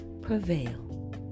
prevail